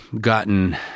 gotten